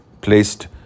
placed